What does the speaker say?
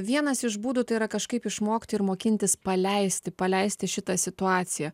vienas iš būdų tai yra kažkaip išmokti ir mokintis paleisti paleisti šitą situaciją